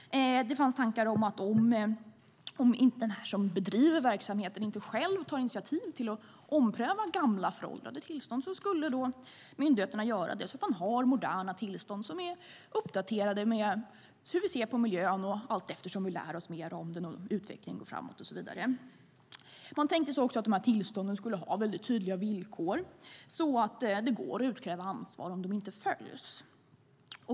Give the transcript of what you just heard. Det fanns tankar om att om inte den som bedriver verksamheten själv tar initiativ till att ompröva föråldrade tillstånd skulle myndigheterna göra det så att man har moderna tillstånd som är uppdaterade med hur vi ser på miljön allteftersom vi lär oss mer om den och utvecklingen går framåt och så vidare. Man tänkte sig också att de här tillstånden skulle ha väldigt tydliga villkor så att det går att utkräva ansvar om de inte följs.